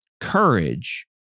Courage